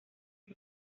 que